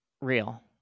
Real